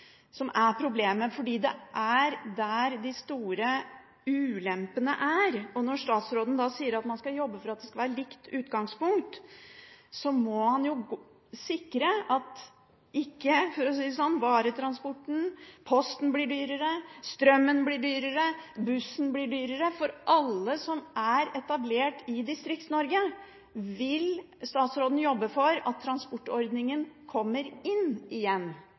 som er problemet, for det er der de store ulempene er. Når statsråden sier at man skal jobbe for at det skal være likt utgangspunkt, må han sikre at ikke varetransporten og posten blir dyrere, strømmen blir dyrere og bussen bli dyrere for alle som er etablert i Distrikts-Norge. Vil statsråden jobbe for at transportordningen kommer inn igjen?